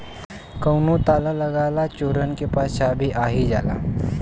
कउनो ताला लगा ला चोरन के पास चाभी आ ही जाला